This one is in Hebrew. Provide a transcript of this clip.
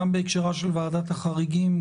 גם בהקשר לוועדת החריגים,